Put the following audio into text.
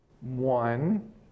one